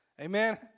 Amen